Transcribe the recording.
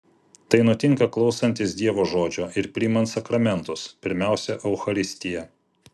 tai nutinka klausantis dievo žodžio ir priimant sakramentus pirmiausia eucharistiją